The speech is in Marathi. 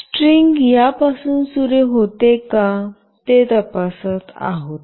स्ट्रिंग यापासून सुरू होते का ते तपासत आहोत